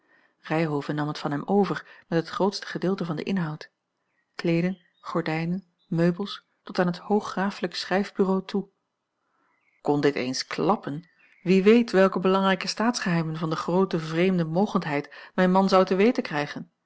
ryhove nam het van hem over met het grootste gedeelte van den inhoud kleeden gordijnen meubels tot aan het hooggraaflijke schrijfbureau toe kon dit eens klappen wie weet welke belangrijke staatsgeheimen van de groote vreemde mogendheid mijn man zou te weten krijgen